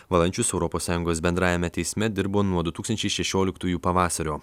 valančius europos sąjungos bendrajame teisme dirbo nuo du tūkstančiai šešioliktųjų pavasario